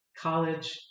college